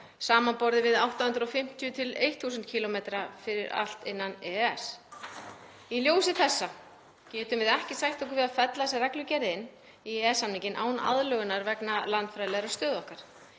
samanborið við 850–1.000 km fyrir allt innan EES. Í ljósi þessa getum við ekki sætt okkur við að fella þessa reglugerð inn í EES-samninginn án aðlögunar vegna landfræðilegrar stöðu okkar.